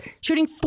shooting